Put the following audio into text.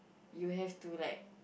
you have to like